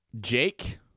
Jake